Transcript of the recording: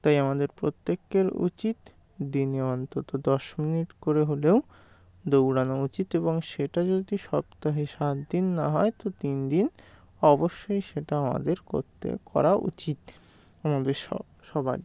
তাই আমাদের প্রত্যেকের উচিত দিনে অন্তত দশ মিনিট করে হলেও দৌড়ানো উচিত এবং সেটা যদি সপ্তাহে সাত দিন না হয় তো তিন দিন অবশ্যই সেটা আমাদের করতে করা উচিত আমাদের স সবারই